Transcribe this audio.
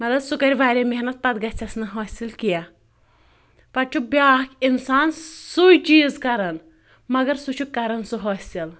مطلب سُہ کَرِ واریاہ محنت پَتہٕ گژھٮ۪س نہٕ حٲصِل کینٛہہ پَتہٕ چھُ بیٛاکھ اِنسان سُے چیٖز کَران مگر سُہ چھُ کَران سُہ حٲصِل